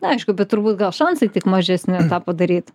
na aišku bet turbūt gal šansai tik mažesni tą padaryt